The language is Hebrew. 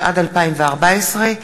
התשע"ד 2013,